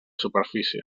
superfície